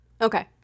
Okay